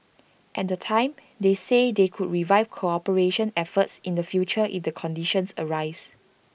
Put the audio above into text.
at the time they said they could revive cooperation efforts in the future if the conditions arise